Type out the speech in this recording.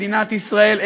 מדינת ישראל,